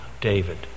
David